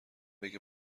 بگه